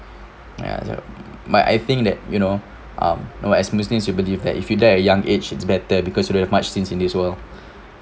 ya so but I think that you know um no as muslims we believe that if you die at young age it's better because you don't have much since in this world